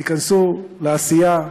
תיכנסו לעשייה,